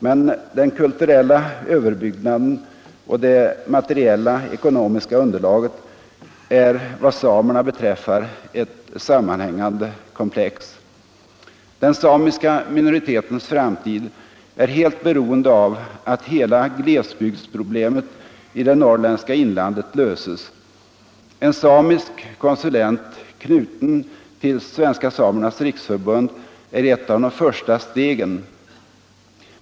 Men den kulturella överbyggnaden och det materiella ekonomiska underlaget är vad samerna beträffar ett sammanhängande komplex. Den samiska minoritetens framtid är helt beroende av att hela glesbygdsproblemet i det norrländska inlandet löses. En samisk konsulent knuten till Svenska samernas riksförbund är ett av de första stegen.